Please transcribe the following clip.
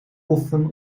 poffen